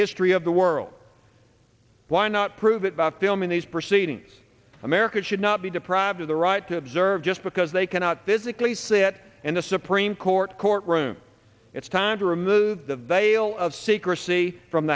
history of world why not prove it by filming these proceedings americans should not be deprived of the right to observe just because they cannot physically sit in a supreme court courtroom it's time to remove the veil of secrecy from